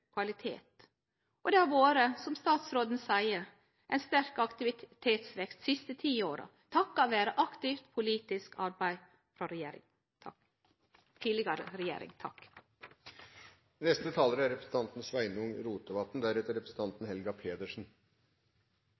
kvalitet, og det har vore, som statsråden seier, ein sterk aktivitetsvekst dei siste ti åra – takka vere aktivt politisk arbeid av tidlegare regjering. Takk